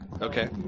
Okay